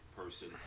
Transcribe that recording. person